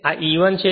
આ E1 છે